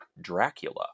Dracula